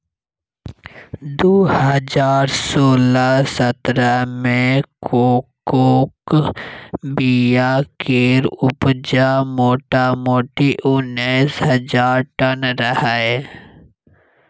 दु हजार सोलह सतरह मे कोकोक बीया केर उपजा मोटामोटी उन्नैस हजार टन रहय